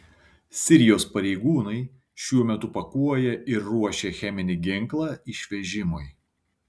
sirijos pareigūnai šiuo metu pakuoja ir ruošia cheminį ginklą išvežimui